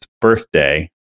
birthday